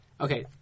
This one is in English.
Okay